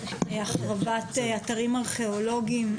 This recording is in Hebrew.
החרבת אתרים ארכיאולוגיים,